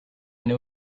know